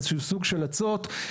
איזשהו סוג של אצות,